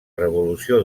revolució